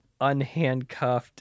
unhandcuffed